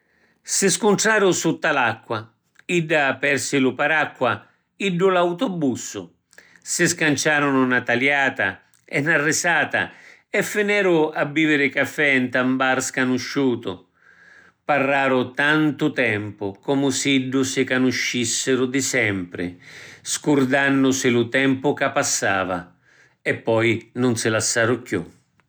Si scuntraru sutta l’acqua. Idda persi lu paracqua, iddu l’autobussu. Si scanciarunu na taliata e na risata e fineru a biviri cafè nta ‘n bar scanusciutu. Parraru tantu tempu comu siddu si canuscissiru di sempri, scurdannusi lu tempu ca passava. E poi nun si lassaru chiù.